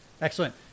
Excellent